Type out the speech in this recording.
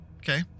Okay